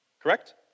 Correct